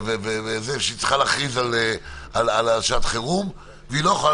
שהיא צריכה להכריז על שעת חירום אבל היא לא יכולה